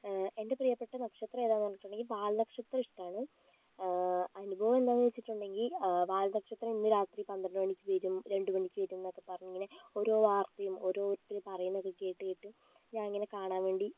എൻ്റെ പ്രിയപ്പെട്ട നക്ഷത്രം ഏതാന്ന് പറഞ്ഞ്ട്ട്ണ്ടങ്കില് വാൽനക്ഷത്രം ഇഷ്ടാണ് അനുഭവംന്താന്ന് വെച്ചിട്ടുണ്ടെങ്കിൽ വാൽനക്ഷത്രം ഇന്ന് രാത്രി പന്ത്രണ്ട് മണിക്ക് വരും രണ്ട് മണിക്ക് വെരുംന്നൊക്കെ പറഞ്ഞ് കഴിഞ്ഞാൽ ഓരോ വാർത്തയും ഒരോര്ത്തര് പറയ്ണതൊക്കെ കേട്ട് കേട്ട് ഞാനങ്ങനെ കാണാൻ വേണ്ടി